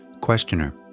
Questioner